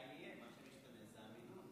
זה עדיין יהיה, מה שמשתנה זה המינון.